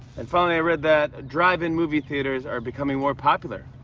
and, finally, i read that drive-in movie theaters are becoming more popular.